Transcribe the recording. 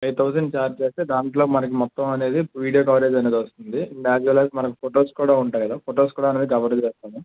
five thousand charge చేస్తే దాంట్లో మనకు మొత్తం అనేది వీడియో కవరేజ్ అనేది వస్తుంది అస్ వెల్ అస్ మనకు ఫోటోస్ కూడా ఉంటాయి కదా ఫోటోస్ కూడా అనేది కవర్ చేస్తాము